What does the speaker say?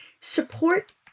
support